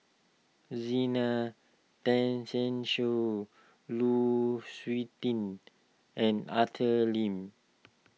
Zena Tessensohn Lu Suitin and Arthur Lim